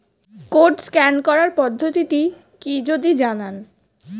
Code scan করার পদ্ধতিটি কি যদি জানান?